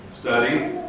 study